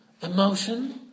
emotion